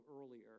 earlier